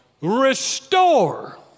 restore